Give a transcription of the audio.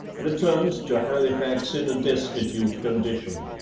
returned to halifax in a destitute condition.